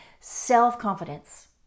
Self-confidence